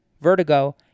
vertigo